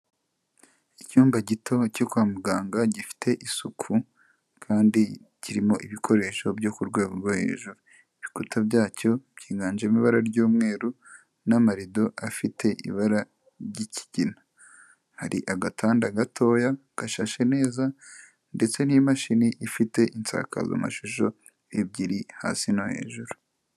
Icyumba gito cyo kwa muganga gifite isuku kandi kirimo ibikoresho byo ku rwego rwo hejuru, ibikuta byacyo byiganjemo ibara ry'umweru n'amarido afite ibara ry'ikigina, hari agatanda gatoya gashashe neza ndetse n'imashini ifite insakazamashusho ebyiri hasi no hejuru.